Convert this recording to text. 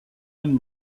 and